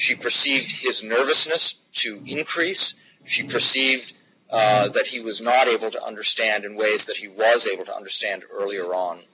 she perceived his nervousness to increase she perceived that he was not able to understand in ways that he was able to understand earlier